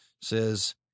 says